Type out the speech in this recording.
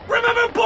Remember